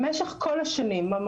במשך כל השנים,